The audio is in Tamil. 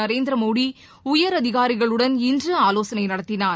நரேந்திரமோடிஉயரதிகாரிகளுடன் இன்றுஆலோசனைநடத்தினார்